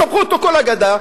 תספחו את כל הגדה,